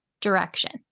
direction